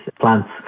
plants